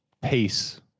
pace